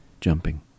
jumping